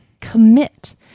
commit